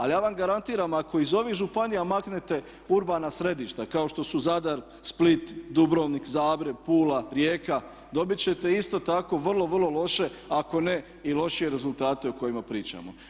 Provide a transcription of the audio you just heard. Ali ja vam garantiram ako iz ovih županija maknete urbana središta kao što su Zadar, Split, Dubrovnik, Zagreb, Pula, Rijeka dobit ćete isto tako vrlo, vrlo loše ako ne i lošije rezultate o kojima pričamo.